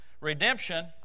redemption